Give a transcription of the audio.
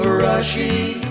rushy